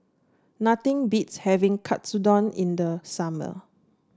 nothing beats having Katsudon in the summer